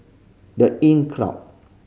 The Inncrowd